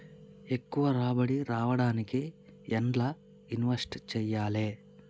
ఎక్కువ రాబడి రావడానికి ఎండ్ల ఇన్వెస్ట్ చేయాలే?